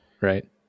right